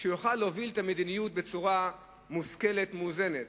שיוכל להוביל את המדיניות בצורה מושכלת, מאוזנת,